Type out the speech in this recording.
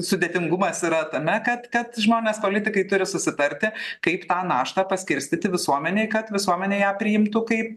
sudėtingumas yra tame kad kad žmonės politikai turi susitarti kaip tą naštą paskirstyti visuomenei kad visuomenė ją priimtų kaip